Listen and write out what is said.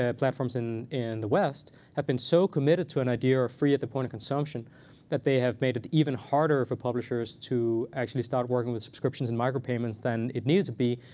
ah platforms in in the west have been so committed to an idea or free at the point of consumption that they have made it even harder for publishers to actually start working with subscriptions and micro-payments than it needed to be.